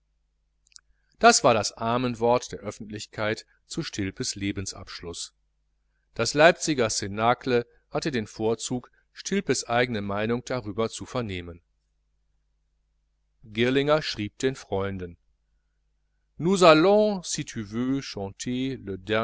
das war das amen wort der öffentlichkeit zum lebensabschluß stilpes das leipziger cnacle hatte den vorzug stilpes eigene meinung darüber zu vernehmen girlinger schrieb den freunden